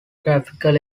graphical